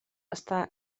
està